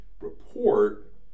report